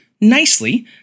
nicely